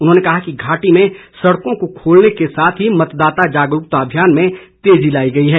उन्होंने कहा कि घाटी में सड़कों को खोलने के साथ ही मतदाता जागरूकता अभियान में तेजी लाई गई है